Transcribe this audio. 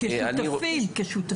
כשותפים, כשותפים.